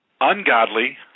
ungodly